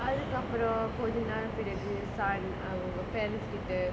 அதுக்கப்பறம் கொஞ்ச நாள் பிறகு:athukkapparam konja naalaachu piragu sun அவங்க:avanga parents கிட்ட:kitta